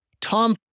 tom